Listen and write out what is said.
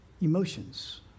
emotions